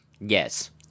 Yes